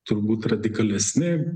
turbūt radikalesni